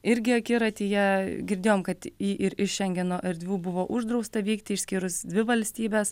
irgi akiratyje girdėjom kad į ir iš šengeno erdvių buvo uždrausta vykti išskyrus dvi valstybes